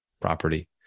property